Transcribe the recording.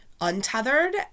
untethered